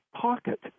pocket